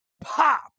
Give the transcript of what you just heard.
pop